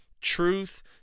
truth